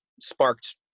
sparked